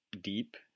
deep